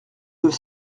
deux